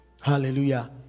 Hallelujah